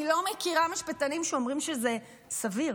אני לא מכירה משפטנים שאומרים שזה סביר,